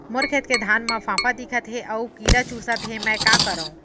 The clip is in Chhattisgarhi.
मोर खेत के धान मा फ़ांफां दिखत हे अऊ कीरा चुसत हे मैं का करंव?